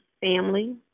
family